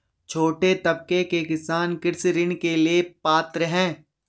छोटे तबके के किसान कृषि ऋण के लिए पात्र हैं?